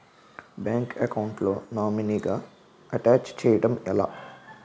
Bank account లో నామినీగా attach చేయడం ఎలా?